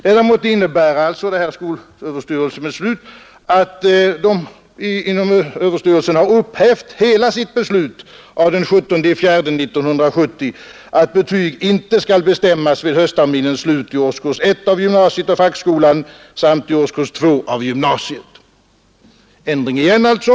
Detta skolöverstyrelsens beslut innebär att skolöverstyrelsen upphävt hela sitt beslut av den 17 april 1970, att betyg inte skall utfärdas vid höstterminens slut i årskurs 1 av gymnasiet och fackskolan samt i årskurs 2 av gymnasiet. Ändring igen alltså!